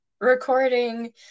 recording